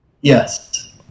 Yes